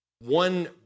One